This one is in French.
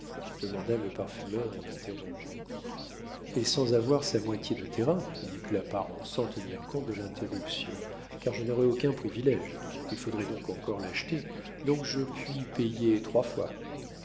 demanda le parfumeur en interrompant et sans avoir sa moitié de terrains dit claparon sans tenir compte de l'interruption car je n'aurais aucun privilége il faudrait donc encore l'acheter donc je puis payer trois fois